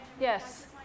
yes